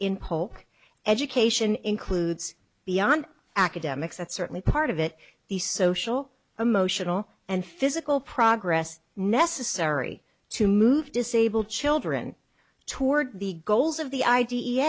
in polk education includes beyond academics that's certainly part of it the social emotional and physical progress necessary to move disabled children toward the goals of the i d e